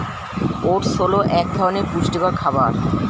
oats হল এক ধরনের পুষ্টিকর খাবার